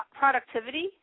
productivity